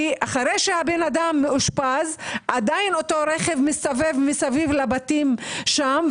כי אחרי שהבן אדם אושפז עדיין אותו רכב מסתובב סביב הבתים שם,